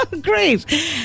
great